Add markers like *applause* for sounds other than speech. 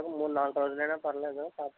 మూడునాలుగు రోజులైనా పర్లేదు *unintelligible*